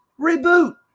reboot